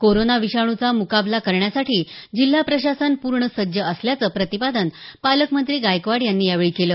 corona विषाणूचा मुकाबला करण्यासाठी जिल्हा प्रशासन पूर्ण सज्ज असल्याचं प्रतिपादन पालकमंत्री गायकवाड यांनी यावेळी केलं